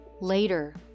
Later